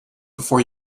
before